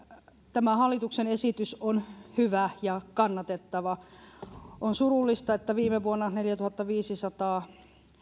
tämä hallituksen esitys on hyvä ja kannatettava on surullista että viime vuonna neljätuhattaviisisataa